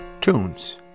tunes